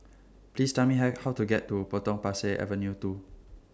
Please Tell Me Hi How to get to Potong Pasir Avenue two